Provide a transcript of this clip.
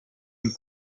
and